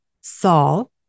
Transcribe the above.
Saul